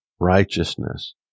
righteousness